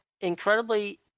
incredibly